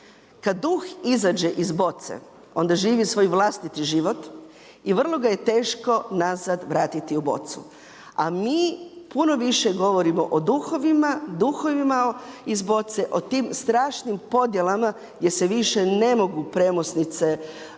Kad duh izađe iz boce, onda živi svoj vlastiti život i vrlo ga je teško nazad vratiti u bocu. A mi puno više govorimo o duhovima iz boce, o tim strašnim podjelama gdje se više ne mogu premosnice uspostaviti